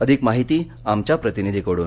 अधिक माहिती आमच्या प्रतिनिधीकडुन